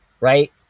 Right